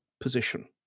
position